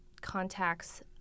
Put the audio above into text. contacts